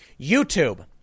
YouTube